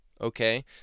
okay